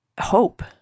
hope